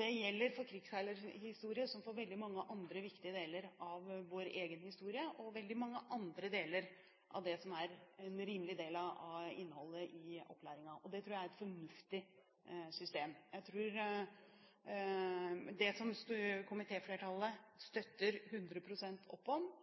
Det gjelder for krigsseilerhistorien som for veldig mange andre viktige deler av vår egen historie, og veldig mye annet av det som er en rimelig del av innholdet i opplæringen. Det tror jeg er et fornuftig system. Det som komitéflertallet støtter